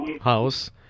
house